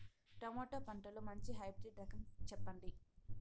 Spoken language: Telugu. టమోటా పంటలో మంచి హైబ్రిడ్ రకం చెప్పండి?